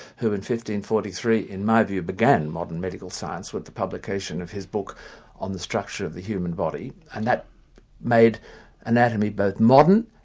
who and in forty three in my view began modern medical science with the publication of his book on the structure of the human body, and that made anatomy both modern,